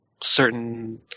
certain